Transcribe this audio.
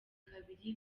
kabiri